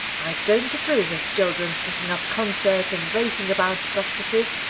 i don't approve of children's getting up concerts and racing about to practices.